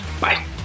Bye